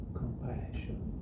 compassion